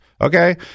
Okay